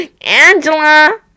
Angela